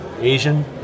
Asian